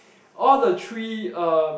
all the three uh